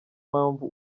mpamvu